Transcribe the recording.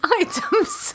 items